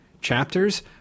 chapters